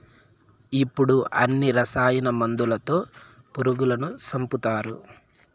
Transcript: ఇప్పుడు అన్ని రసాయన మందులతో పురుగులను సంపుతారు